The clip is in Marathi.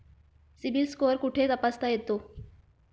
सिबिल स्कोअर कुठे तपासता येतो?